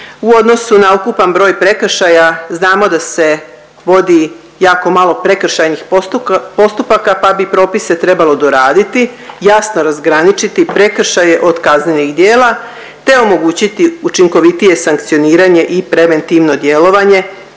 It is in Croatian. U odnosu na ukupan broj prekršaja znamo da se vodi jako malo prekršajnih postupaka, pa bi propise trebalo doraditi, jasno razgraničiti prekršaje od kaznenih djela, te omogućiti učinkovitije sankcioniranje i preventivno djelovanje